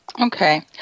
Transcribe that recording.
Okay